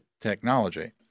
technology